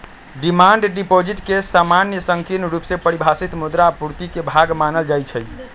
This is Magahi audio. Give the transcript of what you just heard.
डिमांड डिपॉजिट के सामान्य संकीर्ण रुप से परिभाषित मुद्रा आपूर्ति के भाग मानल जाइ छै